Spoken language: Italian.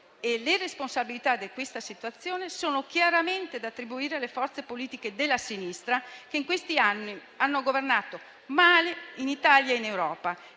Le responsabilità di questa situazione sono chiaramente da attribuire alle forze politiche della sinistra, che in questi anni hanno governato male in Italia e in Europa